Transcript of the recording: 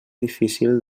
difícil